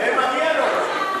זה מגיע לו.